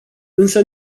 însă